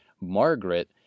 Margaret